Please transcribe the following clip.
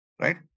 right